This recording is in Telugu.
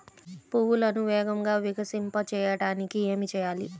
పువ్వులను వేగంగా వికసింపచేయటానికి ఏమి చేయాలి?